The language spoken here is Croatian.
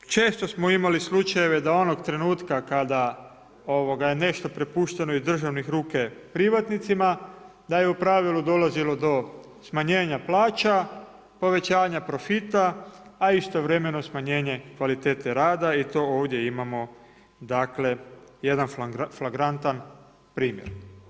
Često smo imali slučajeve da onog trenutka kada je nešto prepušteno iz državne ruke privatnicima da je u pravilu dolazilo do smanjenja plaća, povećavanja profita, a istovremeno smanjenje kvalitete rada i to ovdje imamo jedan flagrantan primjer.